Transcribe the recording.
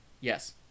yes